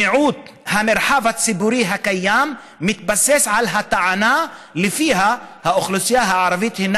מיעוט המרחב הציבורי הקיים מתבסס על הטענה לפיה האוכלוסייה הערבית הינה